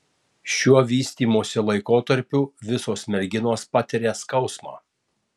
šiuo vystymosi laikotarpiu visos merginos patiria skausmą